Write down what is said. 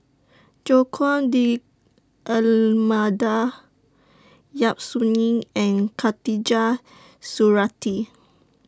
Joaquim D'almeida Yap Su Yin and Khatijah Surattee